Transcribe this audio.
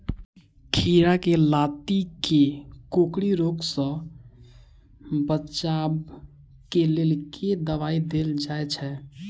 खीरा केँ लाती केँ कोकरी रोग सऽ बचाब केँ लेल केँ दवाई देल जाय छैय?